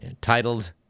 titled